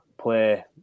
play